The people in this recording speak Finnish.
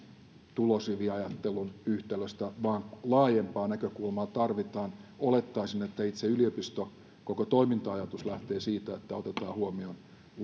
tulosriviajattelun yhtälöstä vaan laajempaa näkökulmaa tarvitaan olettaisin että itse yliopiston koko toiminta ajatus lähtee siitä että otetaan lavealti huomioon